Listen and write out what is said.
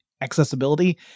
accessibility